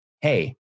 hey